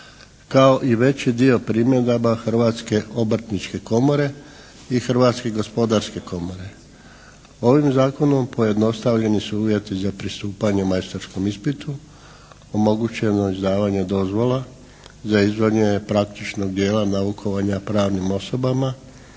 kao i veći dio primjedaba Hrvatske obrtničke komore i Hrvatske gospodarske komore. Ovim zakonom pojednostavljeni su uvjeti za pristupanje majstorskom ispitu, omogućeno je izdavanje dozvola za izvođenje praktičnog dijela naukovanja pravnim osobama